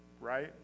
right